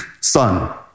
son